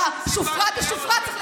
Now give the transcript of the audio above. אתה שופרא דשופרא.